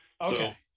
Okay